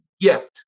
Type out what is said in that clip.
gift